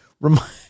remind